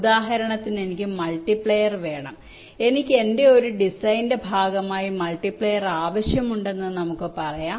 ഉദാഹരണത്തിന് എനിക്ക് മൾട്ടിപ്ലയർ വേണം എനിക്ക് എന്റെ ഒരു ഡിസൈന്റെ ഭാഗമായി മൾട്ടിപ്ലയർ ആവശ്യമുണ്ടെന്ന് നമുക്ക് പറയാം